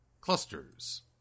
clusters